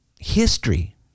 history